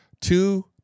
Two